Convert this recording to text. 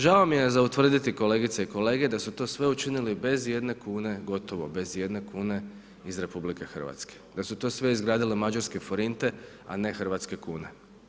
Žao mi je za utvrditi kolegice i kolege da su to sve učinili bez i jedne kune, gotovo bez i jedne kune iz RH, da su to sve izgradile mađarske forinte a ne hrvatske kune.